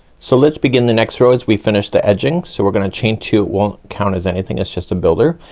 so let's begin the next row as we finished the edging. so we're gonna chain two, won't count as anything. that's just a builder.